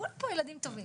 כולם פה ילדים טובים.